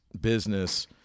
business